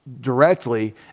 directly